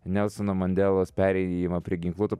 nelsono mandelos perėjimą prie ginkluoto